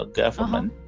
government